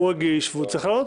הוא הגיש והוא צריך להעלות,